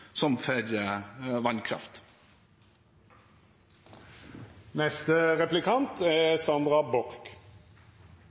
som før, frå Framstegspartiet. Det er